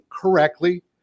correctly